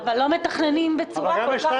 אבל לא מתכננים בצורה כל כך --- במסגרת